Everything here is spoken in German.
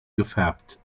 gefärbt